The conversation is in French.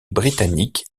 britanniques